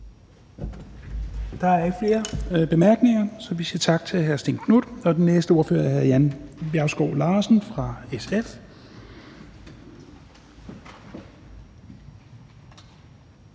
Der er ikke flere bemærkninger, så vi siger tak til hr. Stén Knuth. Den næste ordfører er hr. Jan Bjergskov Larsen fra SF.